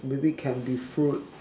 maybe can be fruit